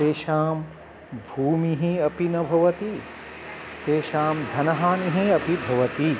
तेषां भूमिः अपि न भवति तेषां धनहानिः अपि भवति